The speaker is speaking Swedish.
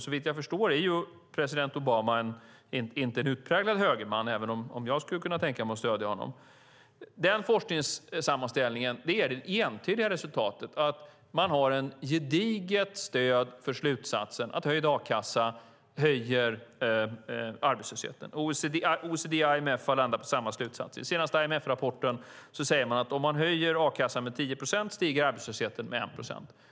Såvitt jag förstår är president Obama inte en utpräglad högerman, även om jag skulle kunna tänka mig att stödja honom. Den forskningssammanställningen ger det entydiga resultatet att man har ett gediget stöd för slutsatsen att höjd a-kassa ökar arbetslösheten. OECD och IMF kommer till samma slutsats. I den senaste IMF-rapporten säger man att om man höjer a-kassan med 10 procent stiger arbetslösheten med 1 procent.